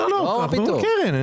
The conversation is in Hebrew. קרן.